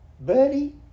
buddy